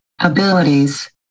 abilities